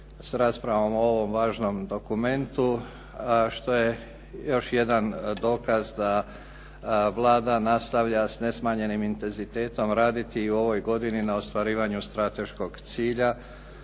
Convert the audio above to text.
sa raspravom o ovom važnom dokumentu što je još jedan dokaz da Vlada nastavlja sa nesmanjenim intenzitetom raditi i u ovoj godini na ostvarivanju strateškog cilja,